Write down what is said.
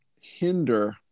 hinder